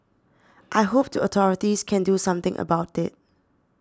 I hope the authorities can do something about it